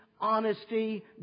honesty